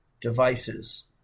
devices